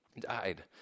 died